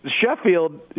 Sheffield